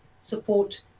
support